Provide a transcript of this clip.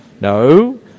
No